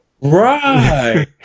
Right